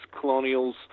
colonials